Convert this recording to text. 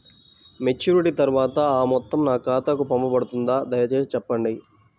Maturity తర్వాత ఆ మొత్తం నా ఖాతాకు పంపబడుతుందా? దయచేసి చెప్పండి?